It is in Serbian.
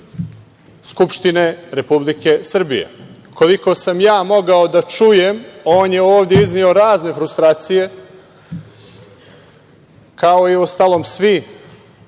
Skupštine Republike Srbije. Koliko sam mogao da čujem, on je ovde izneo razne frustracije, kao uostalom i